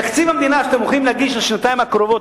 תקציב המדינה שאתם הולכים להגיש לשנתיים הקרובות,